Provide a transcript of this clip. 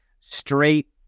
straight